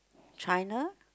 China